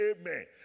amen